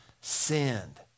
sinned